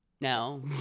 no